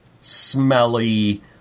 smelly